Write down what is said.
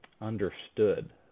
understood